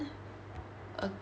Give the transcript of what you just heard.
okay